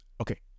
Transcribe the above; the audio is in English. okay